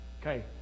Okay